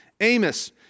Amos